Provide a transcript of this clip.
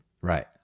right